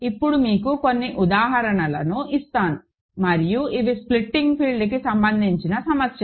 ఇప్పుడు మీకు కొన్ని ఉదాహరణలు ఇస్తాను మరియు ఇవి స్ప్లిట్టింగ్ ఫీల్డ్కి సంబంధించిన సమస్యలు